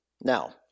Now